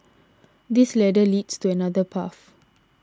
this ladder leads to another path